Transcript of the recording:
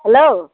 hello